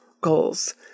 goals